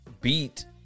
beat